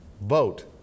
vote